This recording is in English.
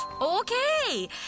Okay